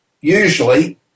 usually